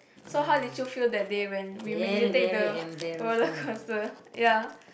so how did you feel that day when we make you take the roller coster ya